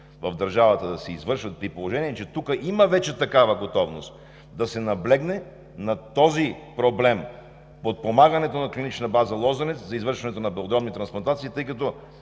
в държавата да се извършват, при положение че тук има вече такава готовност, да се наблегне на този проблем – подпомагането на Клинична база „Лозенец“ за извършването на белодробни трансплантации, тъй като